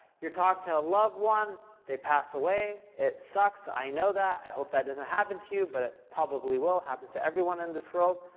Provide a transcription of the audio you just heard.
you're talking to a loved one, they pass away, it sucks, i know that. i hope that doesn't happen you, but it probably will. happens to everyone in this world.